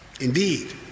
Indeed